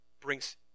brings